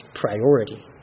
priority